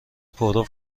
پرو